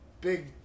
big